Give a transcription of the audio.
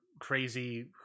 crazy